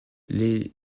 les